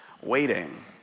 Waiting